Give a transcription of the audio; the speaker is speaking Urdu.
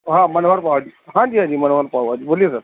ہاں منوہر پاؤ جی ہاں جی ہاں جی منوہر پاؤ بھاجی بولیے سر